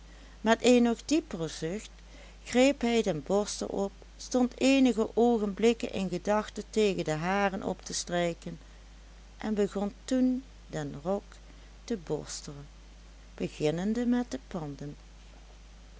met een nog dieper zucht greep hij den borstel op stond eenige oogenblikken in gedachten tegen de haren op te strijken en begon toen den rok te borstelen beginnende met de panden